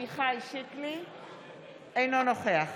אינו נוכח